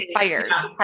fire